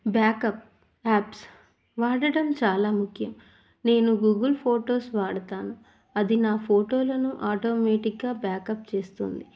backup apps వాడడం చాలా ముఖ్యం నేను గూగుల్ ఫోటోస్ వాడుతాను అది నా ఫోటోలను ఆటోమేటిక్గా బ్యాకప్ చేస్తుంది